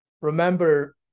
Remember